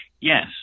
Yes